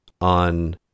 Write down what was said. on